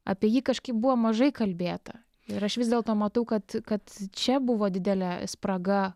apie jį kažkaip buvo mažai kalbėta ir aš vis dėlto matau kad kad čia buvo didelė spraga